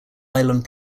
island